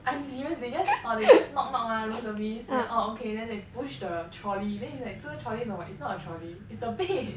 I'm serious they just orh they just knock knock room service then oh okay then they push the trolley then it's like 这个 trolley 是什么 it's not a trolley it's the bed